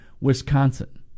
Wisconsin